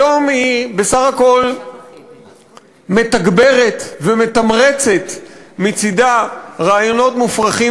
היום היא בסך הכול מתגברת ומתמרצת מצדה רעיונות מופרכים